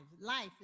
Life